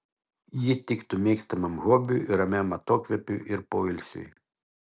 ji tiktų mėgstamam hobiui ramiam atokvėpiui ir poilsiui